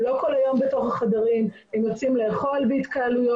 לא כל היום בחדרים הם יוצאים לאכול בהתקהלויות,